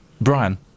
Brian